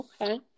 Okay